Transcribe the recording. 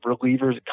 reliever's